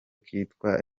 kitwa